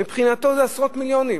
מבחינתו זה עשרות מיליונים.